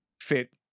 fit